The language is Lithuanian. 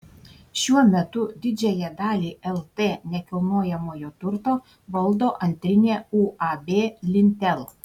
šiuo metu didžiąją dalį lt nekilnojamojo turto valdo antrinė uab lintel